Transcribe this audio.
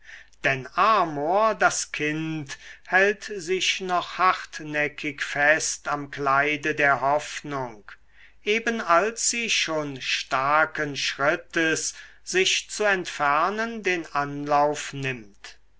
denn amor das kind hält sich noch hartnäckig fest am kleide der hoffnung eben als sie schon starken schrittes sich zu entfernen den anlauf nimmt